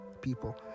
people